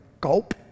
gulp